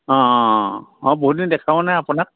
অঁ মই বহুত দিন দেখাও নাই আপোনাক